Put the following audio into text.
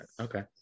Okay